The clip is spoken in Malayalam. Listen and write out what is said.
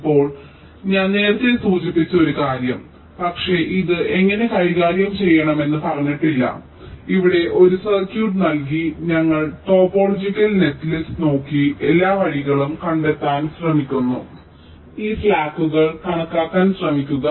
ഇപ്പോൾ ഞാൻ നേരത്തെ സൂചിപ്പിച്ച ഒരു കാര്യം പക്ഷേ ഇത് എങ്ങനെ കൈകാര്യം ചെയ്യണമെന്ന് പറഞ്ഞില്ല ഇവിടെ ഒരു സർക്യൂട്ട് നൽകി ഞങ്ങൾ ടോപ്പോളജിക്കൽ നെറ്റ്ലിസ്റ്റ് നോക്കി എല്ലാ വഴികളും കണ്ടെത്താൻ ശ്രമിക്കുന്നു ഈ സ്ലാക്കുകൾ കണക്കാക്കാൻ ശ്രമിക്കുക